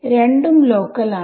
രണ്ടും ലോക്കൽ ആണ്